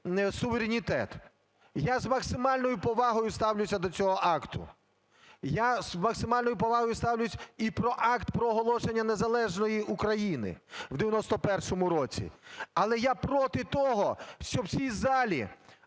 суверенітет. Я з максимальною повагою ставлюся до цього акту. Я з максимальною повагою ставлюсь і про Акт проголошення незалежної України в 91-му році. Але я проти того, щоб в цій залі